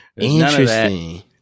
Interesting